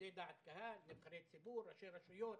כמובילי דעת קהל, נבחרי ציבור, ראשי רשויות,